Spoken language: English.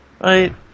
right